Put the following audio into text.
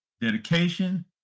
dedication